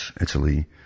Italy